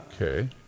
Okay